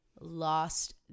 lost